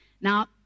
Now